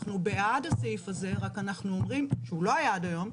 אנחנו בעד הסעיף הזה, שהוא לא היה עד היום.